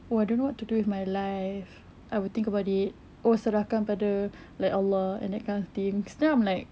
oh I don't know what to do with my life I will think about it oh serahkan pada like allah and that kind of things then I'm like